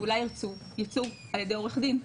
ואולי ירצו ייצוג על ידי עורך דין,